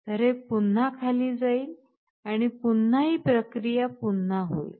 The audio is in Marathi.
तर हे पुन्हा खाली जाईल आणि पुन्हा ही प्रक्रिया पुन्हा होइल